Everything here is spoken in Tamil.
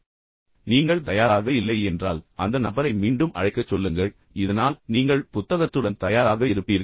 இப்போது நீங்கள் தயாராக இல்லை என்றால் அந்த நபரை மீண்டும் அழைக்கச் சொல்லுங்கள் இதனால் நீங்கள் குறிப்பு புத்தகத்துடன் தயாராக இருப்பீர்கள்